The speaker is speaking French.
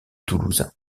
toulousain